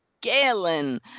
Galen